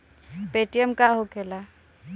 Paytm का होखेला?